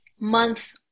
month